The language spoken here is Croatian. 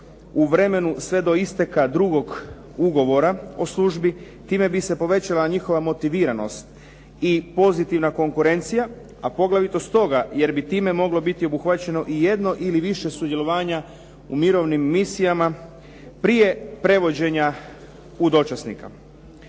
u vremenu sve do isteka drugog ugovora o službi. Time bi se povećala njihova motiviranost i pozitivna konkurencija, a poglavito stoga jer bi time moglo biti obuhvaćeno i jedno ili više sudjelovanja u mirovnim misijama prije prevođenja u dočasnika.